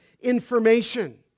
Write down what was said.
information